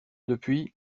depuis